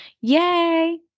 Yay